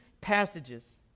passages